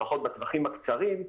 לפחות בטווחים הקצרים,